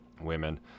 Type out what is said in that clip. women